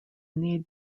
need